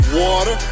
water